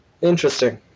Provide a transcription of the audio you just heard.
Interesting